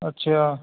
ਅੱਛਾ